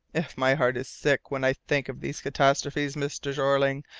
if my heart is sick when i think of these catastrophes, mr. jeorling,